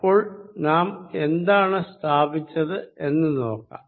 അപ്പോൾ നാം എന്താണ് സ്ഥാപിച്ചത് എന്ന് നോക്കാം